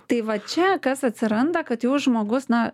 tai va čia kas atsiranda kad jau žmogus na